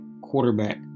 quarterback